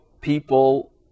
people